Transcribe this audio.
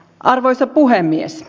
arvoisa puhemies